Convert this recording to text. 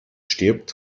stirbt